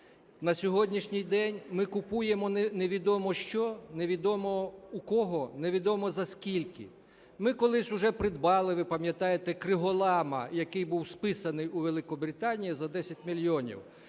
На сьогоднішній день ми купуємо невідомо що невідомо у кого невідомо за скільки. Ми колись уже придбали, ви пам'ятаєте, криголам, який був списаний, у Великобританії за 10 мільйонів.